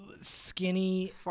skinny